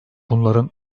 bunların